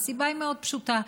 והסיבה היא מאוד פשוטה: